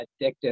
addictive